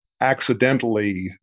accidentally